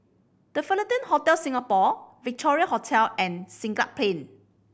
The Fullerton Hotel Singapore Victoria Hotel and Siglap Pain